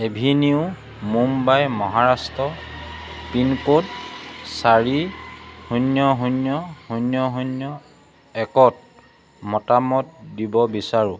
Avenue Mumbai Maharashtra pin code চাৰি শূন্য শূন্য শূন্য শূন্য একত মতামত দিব বিচাৰোঁ